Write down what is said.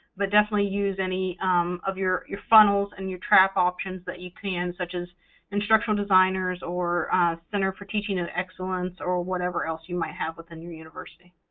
but definitely use any of your your funnels and your trap options that you can, such as instructional designers or center for teaching and excellence or whatever else you might have within your university.